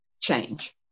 change